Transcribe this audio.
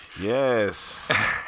Yes